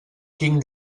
quin